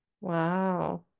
Wow